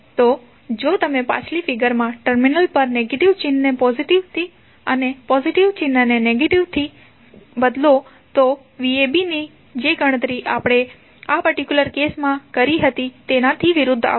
તો જો તમે પાછલી ફિગર માં ટર્મિનલ્સ પર નેગેટિવ ચિહ્ન ને પોઝિટિવ થી અને પોઝિટિવ ચિહ્ન ને નેગેટિવ ચિહ્ન થી બદલો તો vab ની જે ગણતરી આ પર્ટિક્યુલર કેસમાં આપણે કરી હતી તેનાથી વિરુદ્ધ આવશે